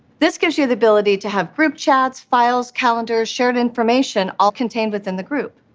this gives you the ability to have group chats, files, calendars, shared information all contained within the group.